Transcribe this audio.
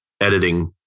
editing